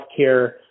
healthcare